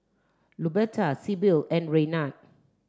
Luberta Sibyl and Raynard